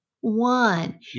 One